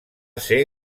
ser